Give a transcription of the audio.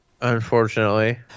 unfortunately